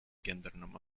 гендерному